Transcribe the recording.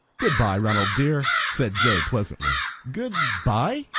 good-by, ronald dear, said joe pleasantly. good-by,